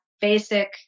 basic